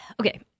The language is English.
Okay